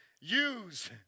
Use